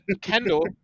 Kendall